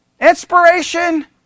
inspiration